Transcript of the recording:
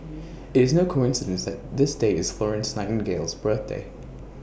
IT is no coincidence that this date is Florence Nightingale's birthday